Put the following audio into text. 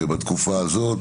בתקופה הזאת,